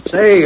Say